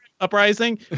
Uprising